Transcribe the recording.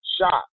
shot